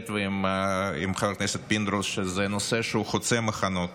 פורר ויצחק פינדרוס שזה נושא חוצה מחנות,